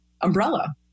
umbrella